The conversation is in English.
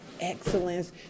excellence